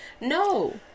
No